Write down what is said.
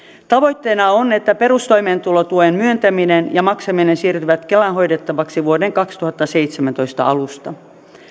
tavoitteena on että perustoimeentulotuen myöntäminen ja maksaminen siirtyvät kelan hoidettavaksi vuoden kaksituhattaseitsemäntoista alusta